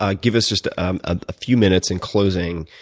ah give us just a few minutes in closing,